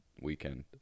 weekend